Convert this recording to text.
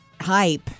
hype